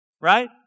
right